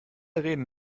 reden